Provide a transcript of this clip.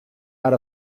out